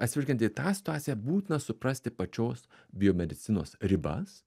atsižvelgiant į tą situaciją būtina suprasti pačios biomedicinos ribas